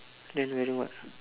then wearing what